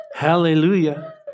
Hallelujah